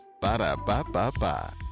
Ba-da-ba-ba-ba